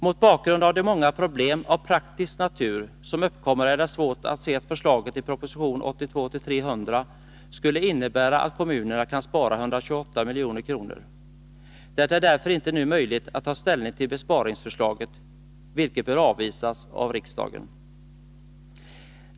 Mot bakgrund av de många problem av praktisk natur som uppkommer är det svårt att se att förslaget i proposition 1982/83:100 skulle innebära att kommunerna kan spara 128 milj.kr. Det är därför inte nu möjligt att ta ställning till besparingsförslaget, vilket bör avvisas av riksdagen.